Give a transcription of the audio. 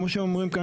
כמו שנאמר כאן,